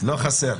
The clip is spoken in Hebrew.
לא חסר.